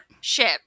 ship